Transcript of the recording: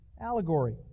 allegory